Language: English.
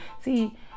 see